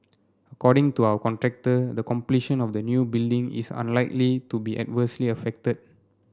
according to our contractor the completion of the new building is unlikely to be adversely affected